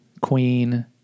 Queen